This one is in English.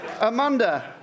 Amanda